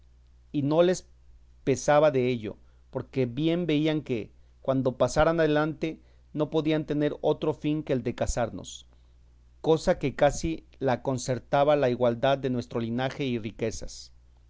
y no les pesaba dello porque bien veían que cuando pasaran adelante no podían tener otro fin que el de casarnos cosa que casi la concertaba la igualdad de nuestro linaje y riquezas